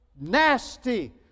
nasty